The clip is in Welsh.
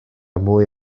mwy